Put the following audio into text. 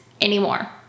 anymore